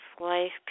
life